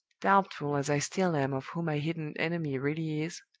doubtful as i still am of who my hidden enemy really is,